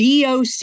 DOC